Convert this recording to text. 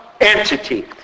entity